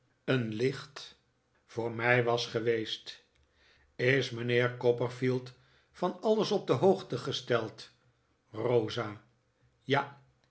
een licht voor mij was geweest is mijnheer copperfield van alles op de hoogte gesteld rosa ja